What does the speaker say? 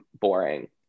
boring